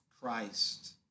Christ